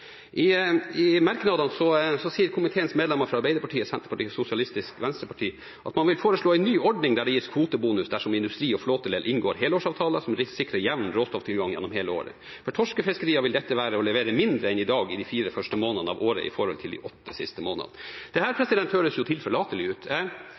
fangst. I merknadene sier komiteens medlemmer fra Arbeiderpartiet, Senterpartiet og Sosialistisk Venstreparti at man vil «foreslå en ny ordning der det gis kvotebonus dersom industrien og flåteleddet inngår helårsavtaler som sikrer jevn råstofftilgang gjennom hele året. For torskefiskerier vil dette være å levere mindre enn i dag de fire første månedene av året i forhold til de åtte siste månedene.»